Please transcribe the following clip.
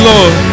Lord